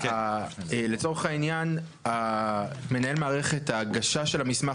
לצורך העניין מנהל מערכת ההגשה של המסמך